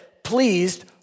pleased